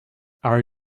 are